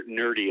nerdy